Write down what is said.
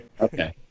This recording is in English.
Okay